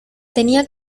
tenía